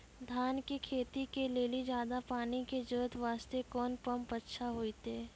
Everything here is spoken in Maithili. धान के खेती के लेली ज्यादा पानी के जरूरत वास्ते कोंन पम्प अच्छा होइते?